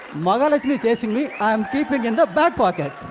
mahalakshmi is chasing me, i am keeping in the back pocket.